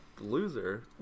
loser